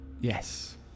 yes